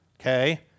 Okay